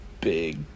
big